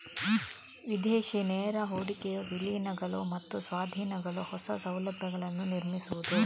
ವಿದೇಶಿ ನೇರ ಹೂಡಿಕೆಯು ವಿಲೀನಗಳು ಮತ್ತು ಸ್ವಾಧೀನಗಳು, ಹೊಸ ಸೌಲಭ್ಯಗಳನ್ನು ನಿರ್ಮಿಸುವುದು